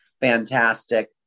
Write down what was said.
fantastic